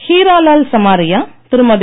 Hiralal Samariya Thirumathi